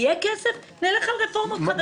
יהיה כסף נלך על רפורמות חדשות.